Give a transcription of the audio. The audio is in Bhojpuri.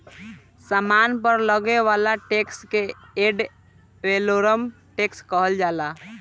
सामान पर लागे वाला टैक्स के एड वैलोरम टैक्स कहल जाला